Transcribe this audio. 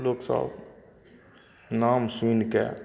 लोकसभ नाम सुनिके